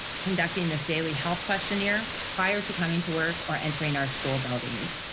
conducting this daily health questionnaire prior to coming to work or entering our school buildings.